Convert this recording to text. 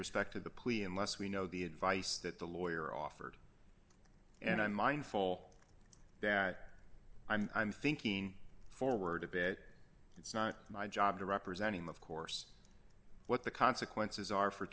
respect to the police unless we know the advice that the lawyer offered and i'm mindful that i'm thinking forward a bit it's not my job to represent in the course what the consequences are for